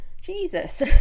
Jesus